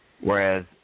Whereas